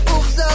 Oops